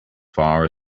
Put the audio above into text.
far